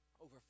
Over